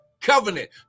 covenant